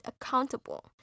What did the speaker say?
accountable